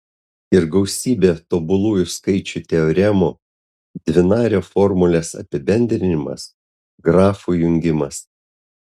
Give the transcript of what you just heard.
ir gausybė tobulųjų skaičių teoremų dvinario formulės apibendrinimas grafų jungimas